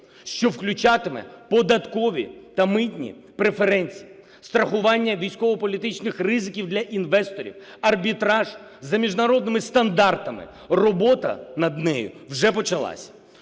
що включатиме податкові та митні преференції, страхування військово-політичних ризиків для інвесторів, арбітраж за міжнародними стандартами. Робота над нею вже почалася.